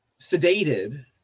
sedated